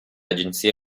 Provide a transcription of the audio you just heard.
agenzie